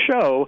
show